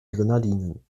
grenadinen